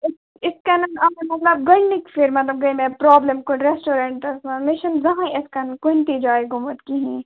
اِتھ اِتھ کَنٮ۪ن آز مطلب گۄڈنِچہِ پھِر گٔے مےٚ پرابلم کُنہِ رٮ۪سٹورَنٹس مَنٛز مےٚ چھَنہٕ زٕہٕنۍ اِتھ کَنَن کُنہِ تہِ جایہِ گومُت کِہیٖنۍ